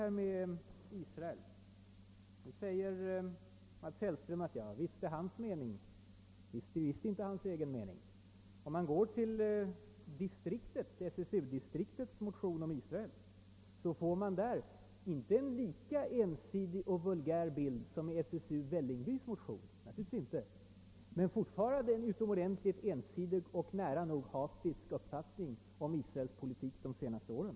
Mats Hellström säger att jag visste vilken uppfattning han har där. Det visste jag alls inte. Om man läser SSU-distriktets motion om Israel får man inte en lika vulgär bild som om man läser motionen från SSU-Vällingby — naturligtvis inte! — men man får också en mycket ensidig och fientlig bild av Israels politik under de senaste åren.